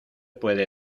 puede